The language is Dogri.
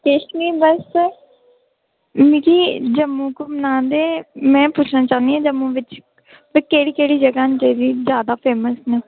किश नी बस मिगी जम्मू घूमना हा ते मैं पुच्छना चाह्नी आं कि जम्मू बिच्च केह्ड़ी केह्ड़ी जगह न जेह्ड़ी ज्यादा फेमस न